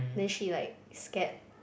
then she like scared